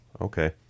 Okay